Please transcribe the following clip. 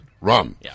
Rum